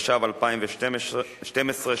התשע"ב 2012, שיזמתי.